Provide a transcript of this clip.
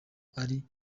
ari